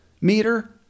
meter